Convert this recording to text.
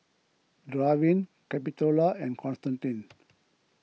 Draven Capitola and Constantine